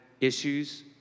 issues